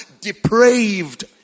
depraved